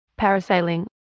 parasailing